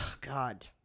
God